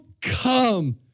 come